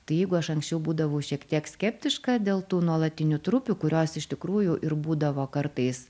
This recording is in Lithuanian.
tai jeigu aš anksčiau būdavau šiek tiek skeptiška dėl tų nuolatinių trupių kurios iš tikrųjų ir būdavo kartais